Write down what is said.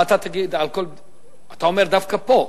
אתה אומר: דווקא פה.